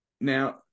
Now